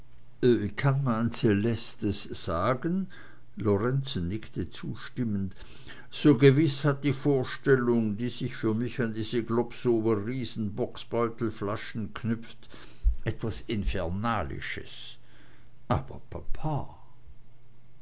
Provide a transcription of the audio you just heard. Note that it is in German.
kann man celestes sagen lorenzen nickte zustimmend so gewiß hat die vorstellung die sich für mich an diese globsower riesenbocksbeutelflaschen knüpft etwas infernalisches aber papa